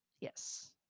yes